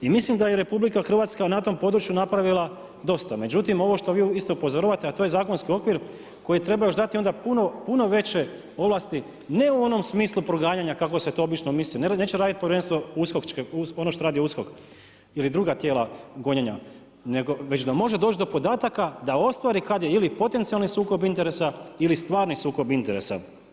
I mislim da je RH na tom području napravila dosta međutim ovo što vi isto upozoravate, a to je zakonski okvir koji treba još dati onda puno veće ovlasti ne u onom smislu proganjanja kako se to obično misli, neće raditi povjerenstvo ono što radi USKOK ili druga tijela gonjenja nego već da može doći do podataka da ostvari ili kad je potencijalni sukob interesa ili stvarni sukob interesa.